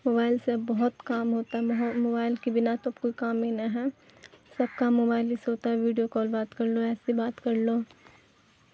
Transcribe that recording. mobile سے اب بہت کام ہوتا ہے موبائل کے بنا تو کوئی کام ہی نہ ہے سب کام موبائل ایسے ہوتا ہے ویڈیو کال بات کر لو ایسی بات کر لو